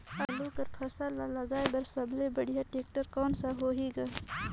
आलू कर फसल ल लगाय बर सबले बढ़िया टेक्टर कोन सा होही ग?